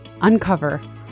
uncover